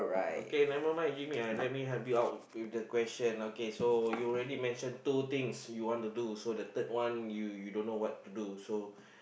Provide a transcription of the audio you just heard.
okay never mind give me let me help you out with the question okay so you already mention two things you want to do so the third one you dunno what to do so